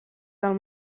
del